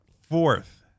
fourth